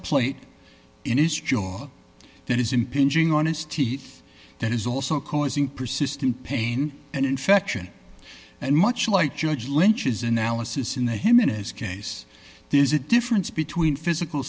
plate in his jaw that is impinging on his teeth that is also causing persistent pain and infection and much like judge lynch's analysis in the him in his case there's a difference between physical